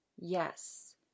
Yes